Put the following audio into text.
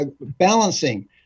balancing